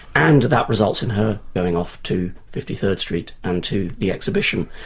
and that results in her going off to fifty third street and to the exhibition.